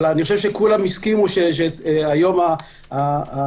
אבל אני חושב שכולם הסכימו שהיום אפשר